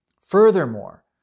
Furthermore